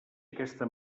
aquesta